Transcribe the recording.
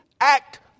act